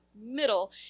middle